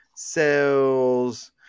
Sales